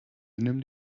benimm